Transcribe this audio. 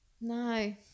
no